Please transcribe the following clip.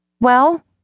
Well